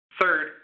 Third